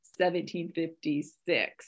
1756